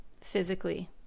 physically